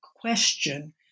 question